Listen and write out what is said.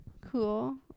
Cool